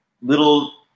little